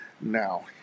Now